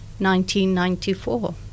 1994